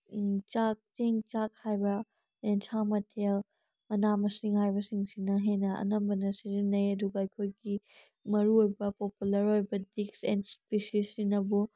ꯆꯥꯛ ꯆꯦꯡ ꯆꯥꯛ ꯍꯥꯏꯕ ꯌꯦꯟꯁꯥꯡ ꯃꯊꯦꯜ ꯃꯅꯥ ꯃꯁꯤꯡ ꯍꯥꯏꯕꯁꯤꯡꯁꯤꯅ ꯍꯦꯟꯅ ꯑꯅꯝꯕꯅ ꯁꯤꯖꯤꯟꯅꯩ ꯑꯗꯨꯒ ꯑꯩꯈꯣꯏꯒꯤ ꯃꯔꯨꯑꯣꯏꯕ ꯄꯣꯄꯨꯂꯔ ꯑꯣꯏꯕ ꯗꯤꯛꯁ ꯑꯦꯟ ꯏꯁꯄꯦꯁꯤꯁ ꯁꯤꯅꯕꯨ